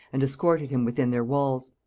and escorted him within their walls.